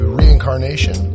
reincarnation